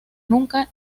nunca